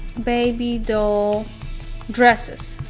baby doll dresses.